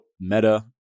meta